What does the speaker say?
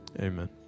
amen